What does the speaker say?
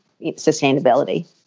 sustainability